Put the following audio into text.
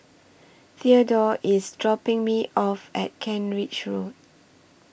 Thedore IS dropping Me off At Kent Ridge Road